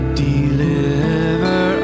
deliver